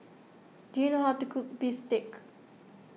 do you know how to cook Bistake